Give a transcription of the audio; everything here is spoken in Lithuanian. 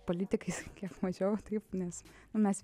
politikais kiek mažiau taip nes nu mes